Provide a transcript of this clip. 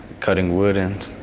cutting wood and